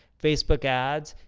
facebook ads,